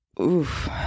oof